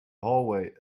hallway